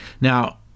Now